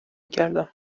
کردم